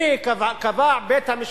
הנה, קבע בית-המשפט